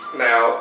now